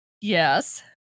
Yes